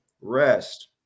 rest